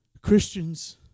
Christians